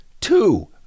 two